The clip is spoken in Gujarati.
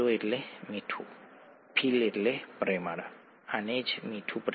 હું તમને તે ઉદાહરણ ન આપું